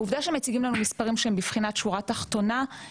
העובדה שמציגים לנו מספרים שהם בבחינת שורה תחתונה,